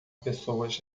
pessoas